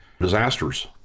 disasters